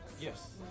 Yes